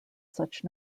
such